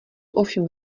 ovšem